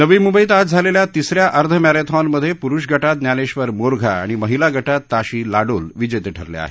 नवी मुंबईत आज झालेल्या तिसऱ्या अर्ध मॅरेथॉनमधे पुरुष गटात ज्ञानेश्वर मोरघा आणि माहिला गटात ताशी लाडोल विजेते ठरले आहेत